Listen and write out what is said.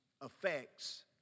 affects